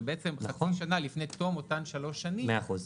זה בעצם --- שנה לפני אותן שנים שלוש שנים,